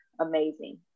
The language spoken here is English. amazing